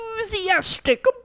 enthusiastic